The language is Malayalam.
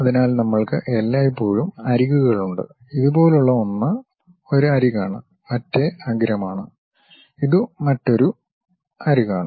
അതിനാൽ നമ്മൾക്ക് എല്ലായ്പ്പോഴും അരികുകളുണ്ട് ഇതുപോലുള്ള ഒന്ന് ഒരു അരികാണ് മറ്റേ അഗ്രമാണ് ഇത് മറ്റൊരു അരികാണ്